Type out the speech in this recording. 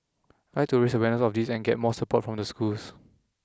I'd like to raise awareness of this and get more support from the schools